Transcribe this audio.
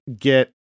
get